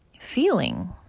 feeling